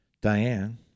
Diane